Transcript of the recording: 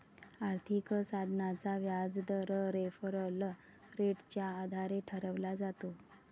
आर्थिक साधनाचा व्याजदर रेफरल रेटच्या आधारे ठरवला जातो